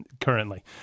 currently